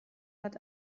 hat